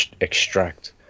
extract